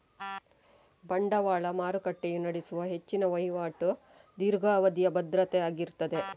ಬಂಡವಾಳ ಮಾರುಕಟ್ಟೆಯು ನಡೆಸುವ ಹೆಚ್ಚಿನ ವೈವಾಟು ದೀರ್ಘಾವಧಿಯ ಭದ್ರತೆ ಆಗಿರ್ತದೆ